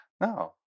no